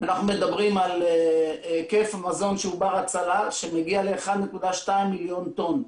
אנחנו מדברים על היקף המזון שהוא בר הצלה שמגיע ל-1.2 מיליון טון.